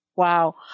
Wow